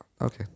Okay